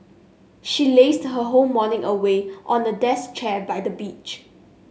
she lazed her whole morning away on a desk chair by the beach